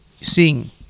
sing